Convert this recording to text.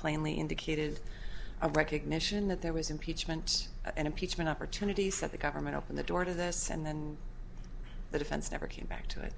plainly indicated a recognition that there was impeachment and impeachment opportunities that the government open the door to this and then the defense never came back to it